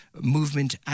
movement